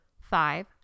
five